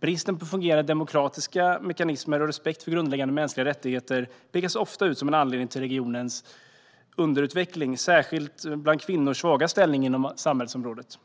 Bristen på fungerande demokratiska mekanismer och respekt för grundläggande mänskliga rättigheter pekas ofta ut som en anledning till regionens underutveckling, särskilt när det gäller kvinnors svaga ställning inom samhällsområdet.